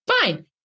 fine